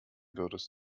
würdest